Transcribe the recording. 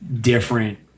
different